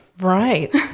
Right